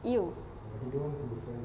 !eww!